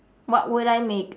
what would I make